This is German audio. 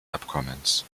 abkommens